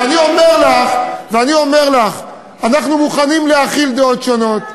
ואני אומר לך, אנחנו מוכנים להכיל דעות שונות.